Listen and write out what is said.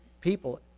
people